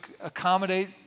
accommodate